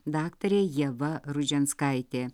daktarė ieva rudžianskaitė